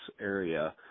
area